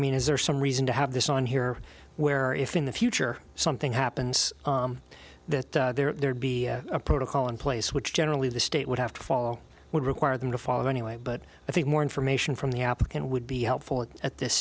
mean is there some reason to have this on here where if in the future something happens that there'd be a protocol in place which generally the state would have to follow would require them to follow anyway but i think more information from the applicant would be helpful at this